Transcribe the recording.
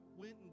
went